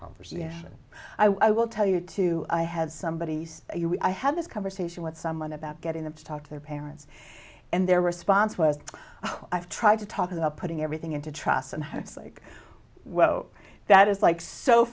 conversation and i will tell you to i had somebody i had this conversation with someone about getting them to talk to their parents and their response was oh i've tried to talk about putting everything into trust and how it's like well that is like so